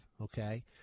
Okay